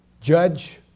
judge